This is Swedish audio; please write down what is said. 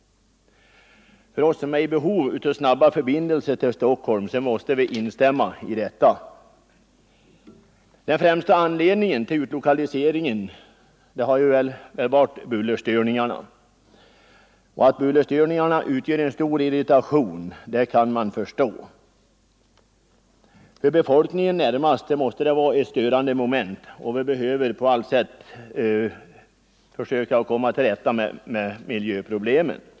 Vi som är i behov av snabba flygförbindelser till Stockholm måste instämma i detta. 19 Den främsta anledningen till utlokaliseringen från Bromma har väl varit bullerstörningarna. Att bullerstörningarna åstadkommit stor irritation kan man förstå. För den befolkning som bor närmast flygfältet måste bullret vara störande, och vi skall på allt sätt försöka komma till rätta med miljöproblemen.